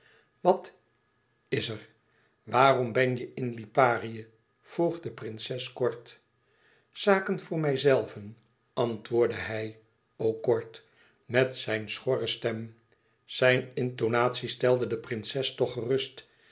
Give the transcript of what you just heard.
wat is er waarom ben je in liparië vroeg de prinses kort zaken voor mijzelven antwoordde hij ook kort met zijn schorre stem zijne intonatie stelde de prinses toch gerust